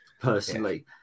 Personally